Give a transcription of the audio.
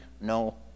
no